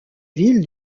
ville